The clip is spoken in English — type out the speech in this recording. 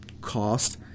cost